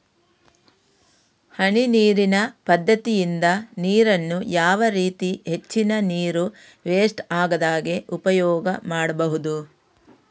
ಹನಿ ನೀರಿನ ಪದ್ಧತಿಯಿಂದ ನೀರಿನ್ನು ಯಾವ ರೀತಿ ಹೆಚ್ಚಿನ ನೀರು ವೆಸ್ಟ್ ಆಗದಾಗೆ ಉಪಯೋಗ ಮಾಡ್ಬಹುದು?